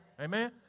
Amen